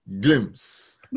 glimpse